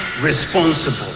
responsible